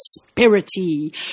prosperity